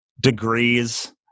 degrees